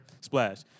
Splash